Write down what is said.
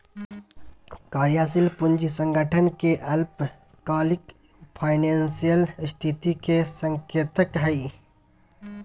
कार्यशील पूंजी संगठन के अल्पकालिक फाइनेंशियल स्थिति के संकेतक हइ